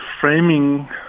framing